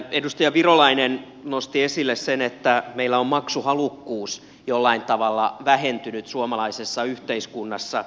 edustaja virolainen nosti esille sen että meillä on maksuhalukkuus jollain tavalla vähentynyt suomalaisessa yhteiskunnassa